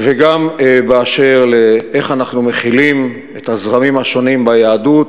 וגם באשר לאיך אנחנו מכילים את הזרמים השונים ביהדות בארץ,